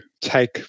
take